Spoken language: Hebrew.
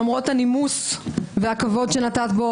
למרות הנימוס והכבוד שנתת בו,